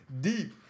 deep